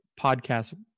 podcast